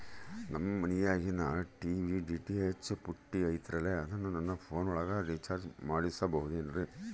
ನಮ್ಮ ಮನಿಯಾಗಿನ TV DTH ಪುಟ್ಟಿ ಐತಲ್ರೇ ಅದನ್ನ ನನ್ನ ಪೋನ್ ಒಳಗ ರೇಚಾರ್ಜ ಮಾಡಸಿಬಹುದೇನ್ರಿ?